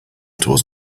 towards